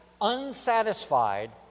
unsatisfied